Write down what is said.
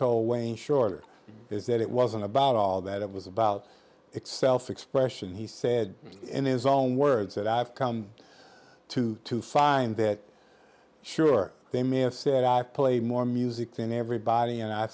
told wayne shorter is that it wasn't about all that it was about it's self expression he said in his own words that i've come to to find that sure they may have said i play more music than everybody and i